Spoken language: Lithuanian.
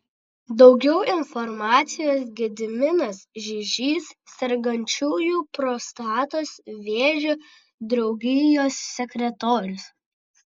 daugiau informacijos gediminas žižys sergančiųjų prostatos vėžiu draugijos sekretorius